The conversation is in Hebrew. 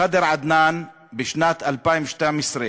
ח'דר עדנאן, בשנת 2012,